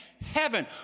heaven